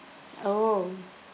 oh